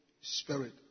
Spirit